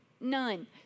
None